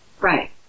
Right